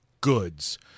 goods